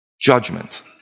judgment